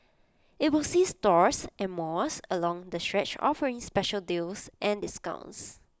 IT will see stores and malls along the stretch offering special deals and discounts